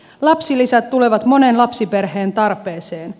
lapsilisät tulevat monen lapsiperheen tarpeeseen